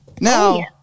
Now